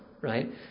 right